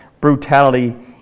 brutality